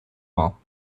war